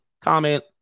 comment